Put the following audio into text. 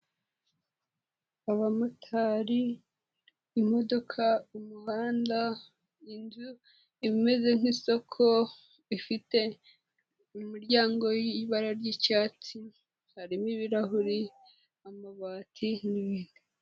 Abamotari, imodoka, umuhanda, inzu imeze nk'isoko ifite imiryango y'ibara ry'icyatsi, harimo ibirahuri, amabati n'ibindi.